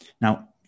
Now